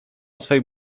swej